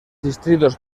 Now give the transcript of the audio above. distritos